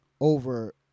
over